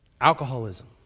alcoholism